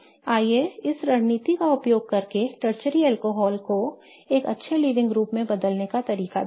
आइए इस रणनीति का उपयोग करके टर्शरी अल्कोहल को एक अच्छे लीविंग ग्रुप में बदलने का तरीका देखें